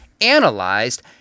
analyzed